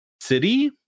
city